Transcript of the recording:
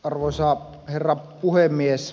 arvoisa herra puhemies